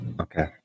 Okay